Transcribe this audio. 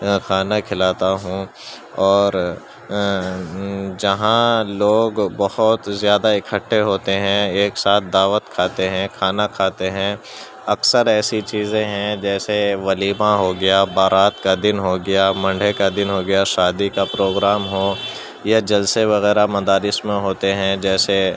کھانا کھلاتا ہوں اور جہاں لوگ بہت زیادہ اکٹھے ہوتے ہیں ایک ساتھ دعوت کھاتے ہیں کھانا کھاتے ہیں اکثر ایسی چیزیں ہیں جیسے ولیمہ ہو گیا بارات کا دن ہو گیا منڈھے کا دن ہو گیا شادی کا پروگرام ہو یا جلسے وغیرہ مدارس میں ہوتے ہیں جیسے